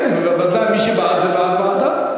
כן, בוודאי, מי שבעד זה בעד ועדה.